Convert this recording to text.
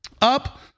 up